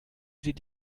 sie